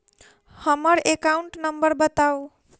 हम्मर account number बताऊ?